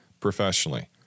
professionally